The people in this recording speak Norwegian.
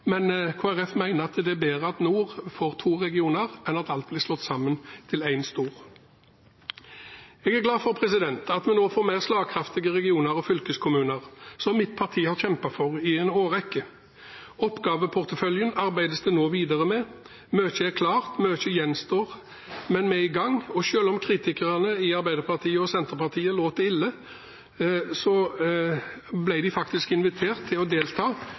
men Kristelig Folkeparti mener at det er bedre at nord får to regioner, enn at alt blir slått sammen til én stor. Jeg er glad for at vi nå får mer slagkraftige regioner og fylkeskommuner, som mitt parti har kjempet for i en årrekke. Oppgaveporteføljen arbeides det nå videre med – mye er klart, mye gjenstår, men vi er i gang. Selv om kritikerne i Arbeiderpartiet og Senterpartiet låter ille, ble de faktisk invitert til å delta